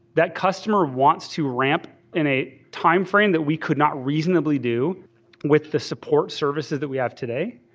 that customer wants to ramp in a time frame that we could not reasonably do with the support services that we have today.